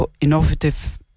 innovative